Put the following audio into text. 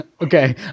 Okay